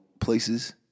places